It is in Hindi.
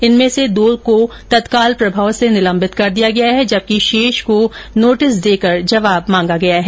इनमें से दो को तत्काल प्रभाव से निलंबित किया गया है जबकि शेष को नोटिस देकर जवाब मांगा है